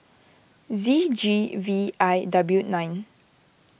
Z G V I W nine